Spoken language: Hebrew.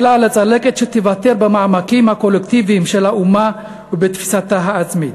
אלא לצלקת שתיוותר במעמקים הקולקטיביים של האומה ובתפיסתה העצמית.